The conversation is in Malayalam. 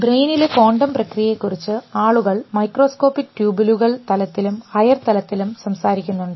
ബ്രെയിനിലെ ക്വാണ്ടം പ്രക്രിയയെകുറിച്ച് ആളുകൾ മൈക്രോസ്കോപ്പിക് ട്യൂബുലുകൾ തലത്തിലും ഹയർ തലത്തിലും സംസാരിക്കുന്നുണ്ട്